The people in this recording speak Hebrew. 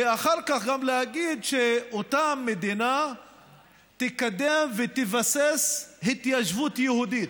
ואחר כך גם להגיד שאותה מדינה תקדם ותבסס התיישבות יהודית.